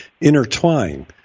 intertwine